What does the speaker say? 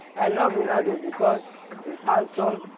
i love ronaldo because he's handsome,